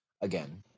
again